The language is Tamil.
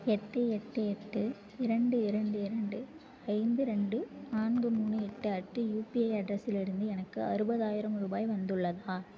எட்டு எட்டு எட்டு இரண்டு இரண்டு இரண்டு ஐந்து ரெண்டு நான்கு மூணு எட்டு அட்டு யுபிஐ அட்ரஸிலிருந்து எனக்கு அறுபதாயிரம் ரூபாய் வந்துள்ளதா